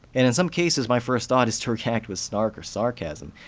and in some cases, my first thought is to react with snark or sarcasm,